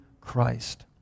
Christ